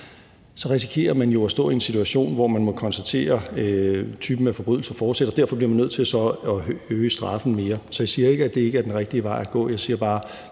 risikerer man jo at stå i en situation, hvor man må konstatere, at den pågældende type forbrydelser fortsætter, og at man så derfor bliver nødt til at øge straffen mere. Så jeg siger ikke, at det ikke er den rigtige vej at gå, men jeg siger bare,